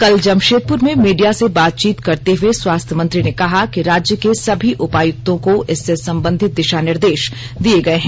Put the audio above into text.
कल जमशेदपुर में मीडिया से बातचीत करते हुए स्वास्थ्य मंत्री ने कहा कि राज्य के सभी उपायुक्तों को इससे संबंधित दिशा निर्देश दिए गए हैं